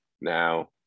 now